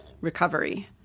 recovery